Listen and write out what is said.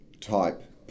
type